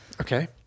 Okay